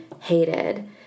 hated